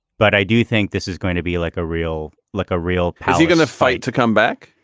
but i do think this is going to be like a real like a real how are you going to fight to come back.